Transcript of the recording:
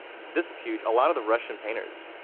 this is huge, a lot of the russian painters,